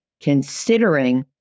Considering